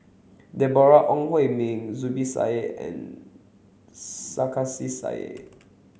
Deborah Ong Hui Min Zubir Said and Sarkasi Said